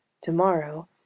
Tomorrow